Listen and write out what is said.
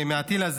מה יש